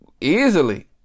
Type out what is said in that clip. easily